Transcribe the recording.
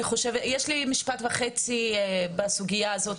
יש לי משפט וחצי בסוגייה הזאת,